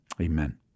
amen